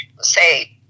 say